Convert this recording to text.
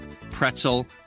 pretzel